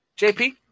JP